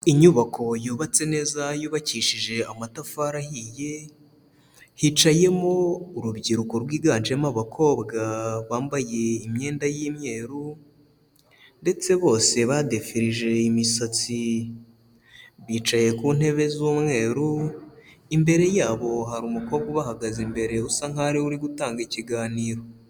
Inyubako yubatse neza yubakishije amatafari ahiye. Hicayemo urubyiruko rwiganjemo abakobwa bambaye imyenda y'imyeru ndetse bose badefirije imisatsi. Bicaye ku ntebe z'umweru, imbere yabo hari umukobwa ubahagaze imbere usa nkaho ariwe uri gutanga ikiganiro.